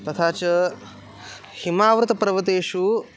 तथा च हिमावृतपर्वतेषु